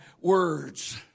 words